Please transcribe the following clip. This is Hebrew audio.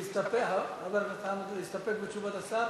להסתפק בתשובת השר?